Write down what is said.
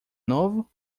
novo